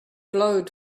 glowed